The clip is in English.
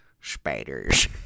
Spiders